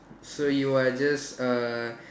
so you are just err